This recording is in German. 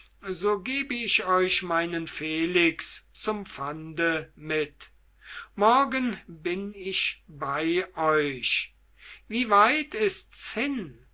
so gebe ich euch meinen felix zum pfande mit morgen bin ich bei euch wie weit ist's hin